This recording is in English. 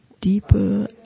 deeper